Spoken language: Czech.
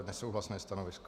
Nesouhlasné stanovisko.